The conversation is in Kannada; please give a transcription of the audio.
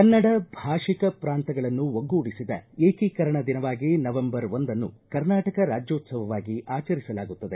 ಕನ್ನಡ ಭಾಷಿಕ ಪ್ರಾಂತಗಳನ್ನು ಒಗ್ಗೂಡಿಸಿದ ಏಕೀಕರಣ ದಿನವಾಗಿ ನವೆಂಬರ್ ಒಂದನ್ನು ಕರ್ನಾಟಕ ರಾಜ್ಲೋತ್ವವಾಗಿ ಆಚರಿಸಲಾಗುತ್ತದೆ